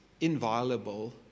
inviolable